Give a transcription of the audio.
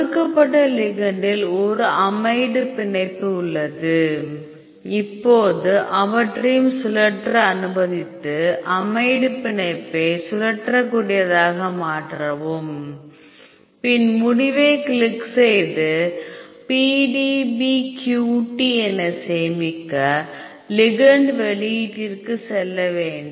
கொடுக்கப்பட்ட லிகெண்டில் ஒரு அமைடு பிணைப்பு உள்ளது இப்போது அவற்றையும் சுழற்ற அனுமதித்து அமைட் பிணைப்பை சுழற்றக்கூடியதாக மாற்றவும் பின் முடிவை கிளிக் செய்து PDBQT என சேமிக்க லிகெண்ட் வெளியீட்டிற்குச் செல்ல வேண்டும்